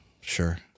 sure